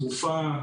תרופה,